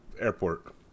airport